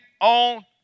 on